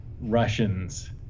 Russians